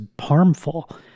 harmful